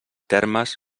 termes